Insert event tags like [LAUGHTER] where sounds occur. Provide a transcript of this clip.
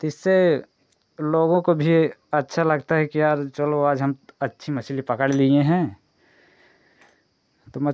तो इससे लोगों को भी अच्छा लगता है कि यार चलो आज हम तो अच्छी मछली पकड़ लिए हैं तो [UNINTELLIGIBLE]